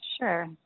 Sure